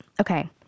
okay